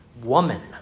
woman